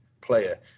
player